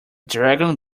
dragon